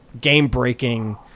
game-breaking